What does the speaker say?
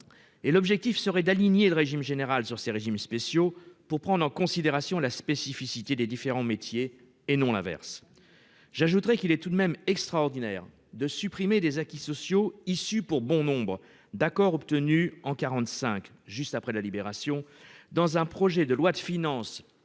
L'objectif devrait donc être d'aligner le régime général sur ces régimes, afin de prendre en considération la spécificité des différents métiers, et non l'inverse. J'ajoute qu'il est tout de même extraordinaire de supprimer des acquis sociaux issus, pour bon nombre, d'accords obtenus en 1945, juste après la Libération, au travers d'un projet de loi de financement